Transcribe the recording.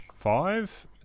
five